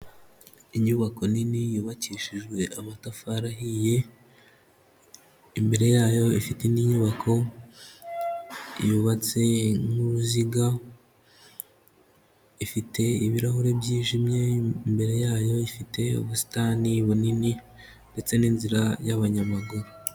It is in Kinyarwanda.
Inyubako nini yubakishijwe amatafari ahiye, imbere yayo ifite indi nyubako yubatse nk'uruziga, ifite ibirahure byijimye imbere yayo ifite ubusitani bunini ndetse n'inzira y'abanyamaguru.